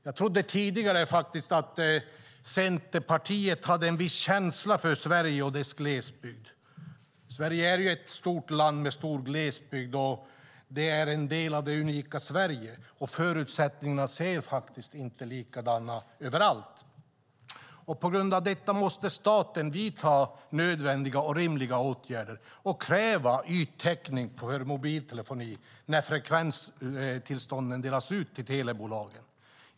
Jag trodde tidigare att Centerpartiet hade en viss känsla för Sveriges glesbygd. Sverige är ett stort land med stor glesbygd, och den är en del av det unika Sverige. Förutsättningarna ser faktiskt inte likadana ut överallt. På grund av detta måste staten vidta nödvändiga och rimliga åtgärder och kräva yttäckning på mobiltelefoni när frekvenstillstånden delas ut till telebolagen.